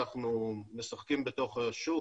אנחנו משחקים בתוך השוק,